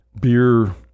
beer